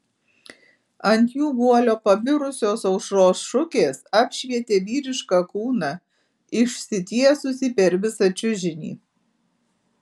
ant jų guolio pabirusios aušros šukės apšvietė vyrišką kūną išsitiesusį per visą čiužinį